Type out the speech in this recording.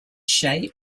shape